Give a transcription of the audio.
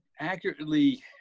accurately